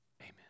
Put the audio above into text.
amen